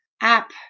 app